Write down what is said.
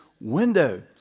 window